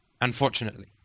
Unfortunately